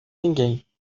ninguém